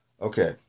Okay